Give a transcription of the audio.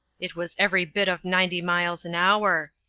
it was every bit of ninety miles an hour.